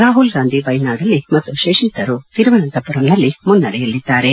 ರಾಹುಲ್ ಗಾಂಧಿ ವಯನಾಡ್ನಲ್ಲಿ ಮತ್ತು ಶಶಿತರೂರ್ ತಿರುವನಂತಪುರಂನಲ್ಲಿ ಮುನ್ನಡೆಯಲಿದ್ದಾರೆ